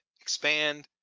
expand